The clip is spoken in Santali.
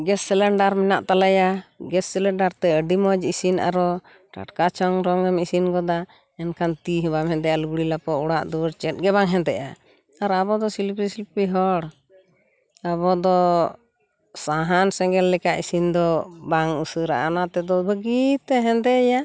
ᱜᱮᱥ ᱥᱤᱞᱤᱱᱰᱟᱨ ᱢᱮᱱᱟᱜ ᱛᱟᱞᱮᱭᱟ ᱜᱮᱥ ᱥᱤᱞᱤᱱᱰᱟᱨ ᱛᱮ ᱟᱹᱰᱤ ᱢᱚᱡᱽ ᱤᱥᱤᱱ ᱟᱨᱚ ᱴᱟᱴᱠᱟ ᱪᱷᱚᱝᱨᱚᱝᱮᱢ ᱤᱥᱤᱱ ᱜᱚᱫᱟ ᱮᱱᱠᱷᱟᱱ ᱛᱤ ᱦᱚᱸ ᱵᱟᱢ ᱦᱮᱸᱫᱮᱜᱼᱟ ᱞᱩᱜᱽᱲᱤᱜ ᱞᱟᱯᱚᱜ ᱚᱲᱟᱜ ᱫᱩᱣᱟᱹᱨ ᱪᱮᱫ ᱜᱮᱵᱟᱝ ᱦᱮᱸᱫᱮᱜᱼᱟ ᱟᱨ ᱟᱵᱚ ᱫᱚ ᱥᱤᱞᱯᱤ ᱥᱤᱞᱯᱤ ᱦᱚᱲ ᱟᱵᱚ ᱫᱚ ᱥᱟᱦᱟᱱ ᱥᱮᱸᱜᱮᱞ ᱞᱮᱠᱟ ᱤᱥᱤᱢᱱ ᱫᱚ ᱵᱟᱝ ᱩᱥᱟᱹᱨᱟᱜᱼᱟ ᱚᱱᱟ ᱛᱮᱫᱚ ᱵᱷᱟᱜᱤᱛᱮ ᱦᱮᱸᱫᱮᱭᱟ